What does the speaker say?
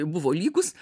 buvo lygus